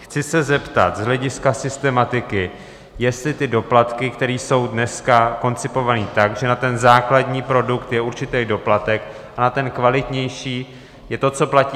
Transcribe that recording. Chci se zeptat z hlediska systematiky, jestli ty doplatky, které jsou dneska koncipovány tak, že na základní produkt je určitý doplatek a na ten kvalitnější je to, co platí...